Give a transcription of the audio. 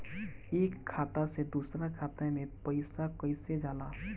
एक खाता से दूसर खाता मे पैसा कईसे जाला?